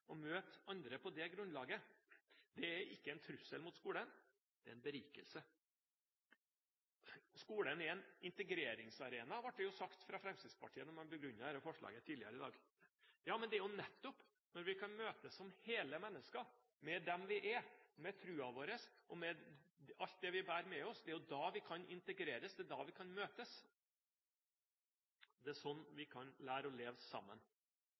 og møte andre på det grunnlaget. Det er ikke en trussel mot skolen – det er en berikelse. Skolen er en integreringsarena, ble det sagt fra Fremskrittspartiet da de begrunnet dette forslaget tidligere i dag. Ja, men det er nettopp når vi kan møtes som hele mennesker, som de vi er, med troen vår og med alt det vi bærer med oss, at vi kan integreres, det er da vi kan møtes. Det er slik vi kan lære å leve sammen.